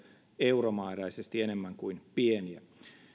euromääräisesti enemmän kuin pieniä